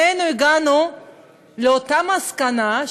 הגענו לאותה מסקנה,